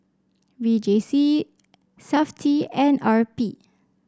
V J C Safti and R B